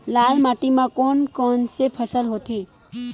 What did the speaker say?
लाल माटी म कोन कौन से फसल होथे?